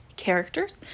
characters